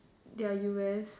their U_S